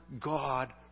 God